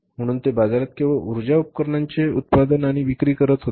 म्हणून ते बाजारात केवळ उर्जा उपकरणांचे उत्पादन आणि विक्री करीत होते